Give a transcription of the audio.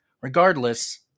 Regardless